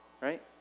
Right